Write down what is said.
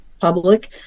public